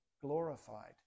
glorified